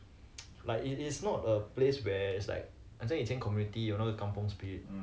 ya social media 害到每个人的的想法都是这样 then 你我觉得是很 toxic